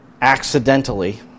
accidentally